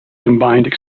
combined